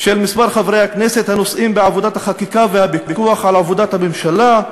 של מספר חברי הכנסת הנושאים בעבודת החקיקה והפיקוח על עבודת הממשלה,